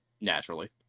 naturally